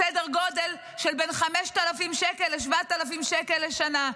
סדר גודל של בין 5,000 שקל ל-7,000 שקל לשנה,